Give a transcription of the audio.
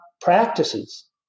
practices